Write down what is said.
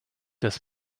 das